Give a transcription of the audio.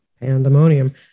pandemonium